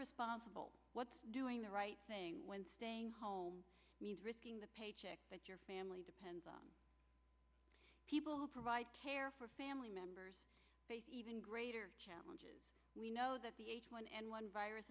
responsible what's doing the right thing when staying home means risking the paycheck but your family depends on people who provide care for family members even greater challenges we know that the h one n one virus